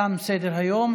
תם סדר-היום.